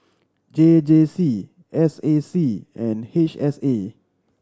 J J C S A C and H S A